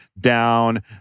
down